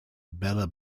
bella